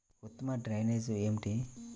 ఉత్తమ డ్రైనేజ్ ఏమిటి?